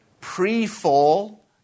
pre-fall